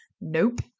nope